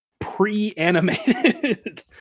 pre-animated